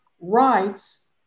rights